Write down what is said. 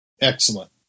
excellent